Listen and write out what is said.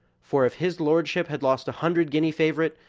for if his lordship had lost a hundred-guinea favorite,